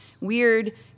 weird